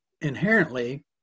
inherently